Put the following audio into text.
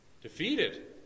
Defeated